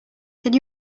can